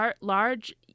Large